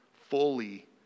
fully